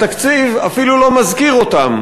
התקציב אפילו לא מזכיר אותם.